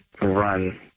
run